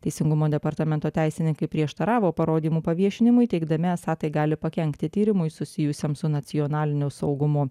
teisingumo departamento teisininkai prieštaravo parodymų paviešinimui teigdami esą tai gali pakenkti tyrimui susijusiam su nacionalinio saugumo